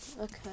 okay